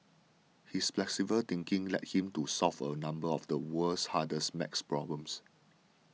his flexible thinking led him to solve a number of the world's harder math problems